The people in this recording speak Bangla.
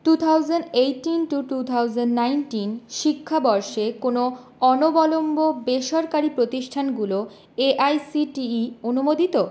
two thousand eighteen to two thousand nineteen শিক্ষাবর্ষে কোন অনবলম্ব বেসরকারি প্রতিষ্ঠানগুলো এআইসিটিই অনুমোদিত